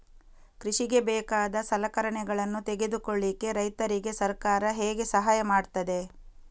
ಕೃಷಿಗೆ ಬೇಕಾದ ಸಲಕರಣೆಗಳನ್ನು ತೆಗೆದುಕೊಳ್ಳಿಕೆ ರೈತರಿಗೆ ಸರ್ಕಾರ ಹೇಗೆ ಸಹಾಯ ಮಾಡ್ತದೆ?